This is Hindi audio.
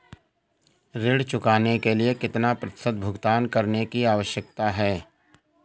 ऋण चुकाने के लिए कितना प्रतिशत भुगतान करने की आवश्यकता है?